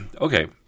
Okay